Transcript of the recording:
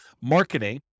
marketing